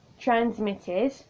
transmitted